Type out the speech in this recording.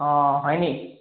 অঁ হয় নেকি